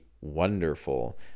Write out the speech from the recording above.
wonderful